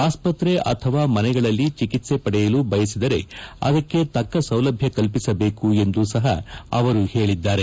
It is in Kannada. ಅಸ್ಪತ್ರೆ ಅಥವಾ ಮನೆಗಳಲ್ಲಿ ಚಿಕಿತ್ಸೆ ಪಡೆಯಲು ಬಯಸಿದರೆ ಅದಕ್ಕೆ ತಕ್ಕ ಸೌಲಭ್ಯ ಕಲ್ಪಿಸಬೇಕು ಎಂದು ಸಹ ಅವರು ಹೇಳಿದ್ದಾರೆ